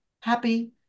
happy